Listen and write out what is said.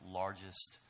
largest